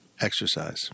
exercise